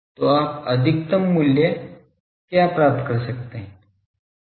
तो आप अधिकतम मूल्य क्या प्राप्त कर सकते है